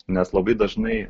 nes labai dažnai